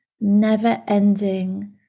never-ending